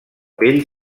pell